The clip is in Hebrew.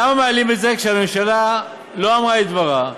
למה מעלים את זה כשהממשלה לא אמרה את דברה,